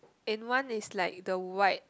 and one is like the white